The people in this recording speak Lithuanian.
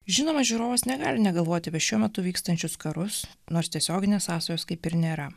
žinoma žiūrovas negali negalvoti apie šiuo metu vykstančius karus nors tiesioginės sąsajos kaip ir nėra